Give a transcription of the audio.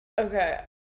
Okay